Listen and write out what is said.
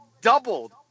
doubled